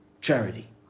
charity